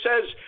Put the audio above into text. says